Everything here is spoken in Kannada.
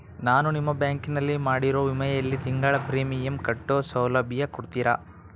ನಾನು ನಿಮ್ಮ ಬ್ಯಾಂಕಿನಲ್ಲಿ ಮಾಡಿರೋ ವಿಮೆಯಲ್ಲಿ ತಿಂಗಳ ಪ್ರೇಮಿಯಂ ಕಟ್ಟೋ ಸೌಲಭ್ಯ ಕೊಡ್ತೇರಾ?